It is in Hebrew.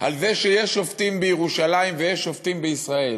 על זה שיש שופטים בירושלים, ויש שופטים בישראל,